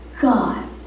God